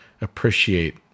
appreciate